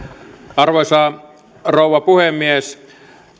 arvoisa rouva puhemies